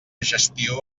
gestió